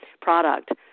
product